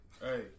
Hey